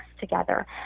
together